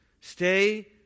Stay